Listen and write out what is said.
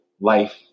life